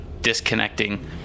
disconnecting